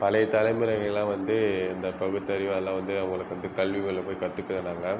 பழைய தலைமுறைகளாம் வந்து இந்த பகுத்தறிவு அதெலாம் வந்து அவங்களுக்கு வந்து கல்வி உள்ள போய் கற்றுக்கருந்தாங்க